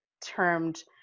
termed